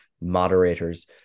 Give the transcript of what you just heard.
moderators